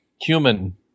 human